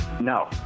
No